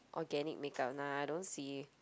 organic makeup nah I don't see